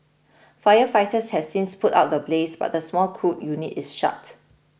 firefighters has since put out the blaze but the small crude unit is shut